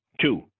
Two